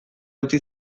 utzi